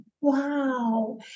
wow